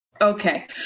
Okay